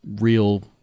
real